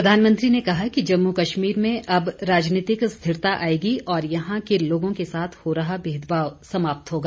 प्रधानमंत्री ने कहा कि जम्मू कश्मीर में अब राजनीतिक स्थिरता आएगी और यहां के लोगों के साथ हो रहा भेदभाव समाप्त होगा